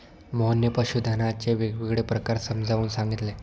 मोहनने पशुधनाचे वेगवेगळे प्रकार समजावून सांगितले